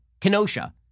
Kenosha